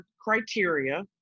criteria